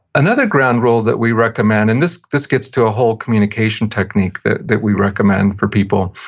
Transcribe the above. another ground rule that we recommend, and this this gets to a whole communication technique that that we recommend for people,